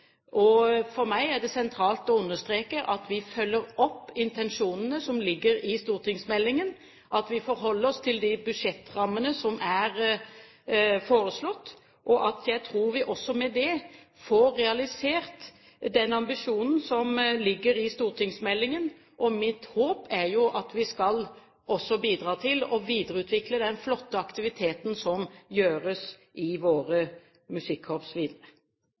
For meg er det sentralt å understreke at vi følger opp intensjonene som ligger i stortingsmeldingen, og at vi forholder oss til de budsjettrammene som er foreslått. Jeg tror at vi også med det får realisert den ambisjonen som ligger i stortingsmeldingen. Mitt håp er jo at vi også skal bidra til å videreutvikle den flotte aktiviteten som gjøres i våre